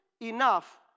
enough